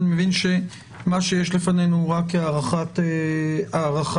אני מבין שיש לפנינו זה רק הארכת מועד.